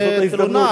זאת ההזדמנות.